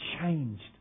changed